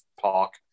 park